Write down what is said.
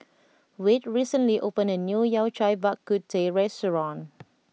Wade recently opened a new Yao Cai Bak Kut Teh restaurant